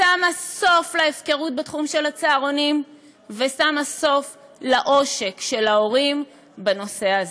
שמים סוף להפקרות בתחום הצהרונים ושמים סוף לעושק של ההורים בנושא הזה.